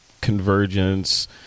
convergence